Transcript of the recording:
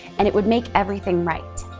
and it would make everything right.